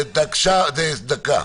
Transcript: דקה.